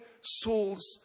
Saul's